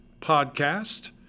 podcast